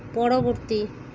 ପରବର୍ତ୍ତୀ